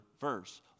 verse